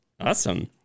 Awesome